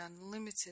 unlimited